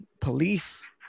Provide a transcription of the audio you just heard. police